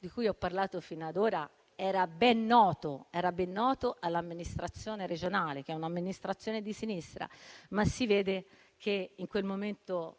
di cui ho parlato fino ad ora era ben noto all'amministrazione regionale, che è, sì, di sinistra, ma si vede che in quel momento